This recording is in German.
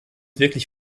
wirklich